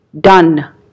done